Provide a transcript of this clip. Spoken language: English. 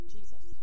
Jesus